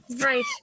Right